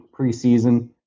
preseason